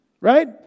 Right